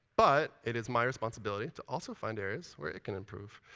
but it is my responsibility to also find areas where it can improve.